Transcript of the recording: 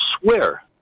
swear